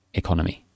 economy